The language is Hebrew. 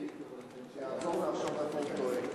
יש לי הצעה בשבילך.